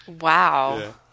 Wow